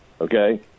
okay